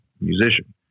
musician